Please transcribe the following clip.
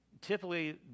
typically